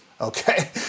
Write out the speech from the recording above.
Okay